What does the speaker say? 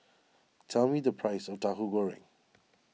tell me the price of Tahu Goreng